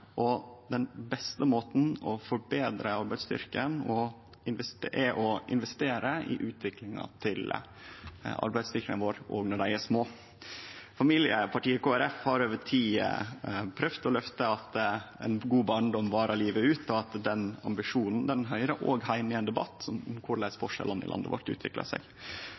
nasjonalformue. Den beste måten å forbetre arbeidsstyrken på er å investere i utviklinga til arbeidsstyrken vår òg når dei er små. Familiepartiet Kristeleg Folkeparti har over tid prøvd å løfte fram at ein god barndom varar livet ut, og den ambisjonen høyrer òg heime i ein debatt om korleis forskjellane i landet vårt utviklar seg.